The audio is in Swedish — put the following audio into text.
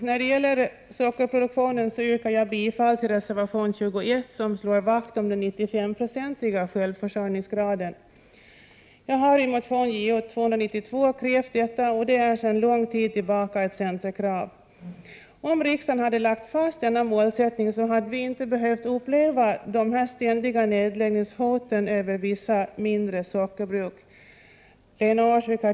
När det gäller sockerproduktionen yrkar jag bifall till reservation 21, i vilken vi slår vakt om den 95-procentiga självförsörjningsgraden. Jag har i motion Jo292 krävt detta, och det är sedan lång tid tillbaka ett centerkrav. Om riksdagen hade lagt fast denna målsättning hade vi inte 63 behövt uppleva dessa ständiga nedläggningshot över vissa mindre sockerbruk.